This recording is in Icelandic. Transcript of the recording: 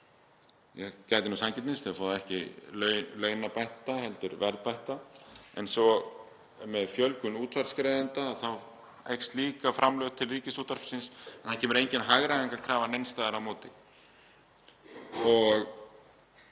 Ég gæti nú sanngirni, það fær þá ekki launabætta heldur verðbætta en svo með fjölgun útsvarsgreiðenda þá aukast líka framlög til Ríkisútvarpsins en það kemur engin hagræðingarkrafa neins staðar á móti.